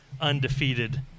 undefeated